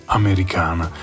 americana